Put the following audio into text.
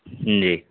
جی